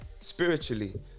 spiritually